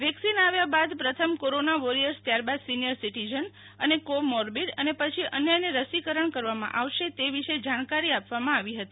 vaccine આવ્યા બાદ પ્રથમ કોરોના વોરીયેર્સ ત્યાર બાદ સીનીયર સિટીજન અને કો મોર્બીડ અને પછી અન્યને રસીકરણ કરવામાં આવશે તે વિશે જાણકારી આપવામાં આવી હતી